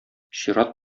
чират